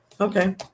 okay